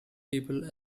people